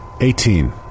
Eighteen